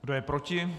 Kdo je proti?